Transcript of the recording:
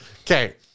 Okay